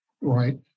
right